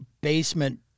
basement